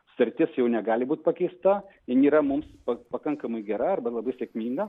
sutartis jau negali būt pakeista jin yra mums pa pakankamai gera arba labai sėkminga